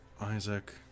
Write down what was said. Isaac